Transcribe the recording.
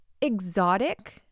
exotic